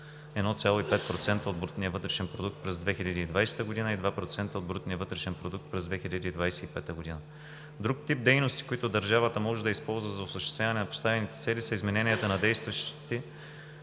1,5% от брутния вътрешен продукт през 2020 г. и 2% от брутния вътрешен продукт през 2025 г. Друг тип дейности, които държавата може да използва за осъществяване на поставените цели са измененията на действащите